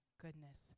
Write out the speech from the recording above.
goodness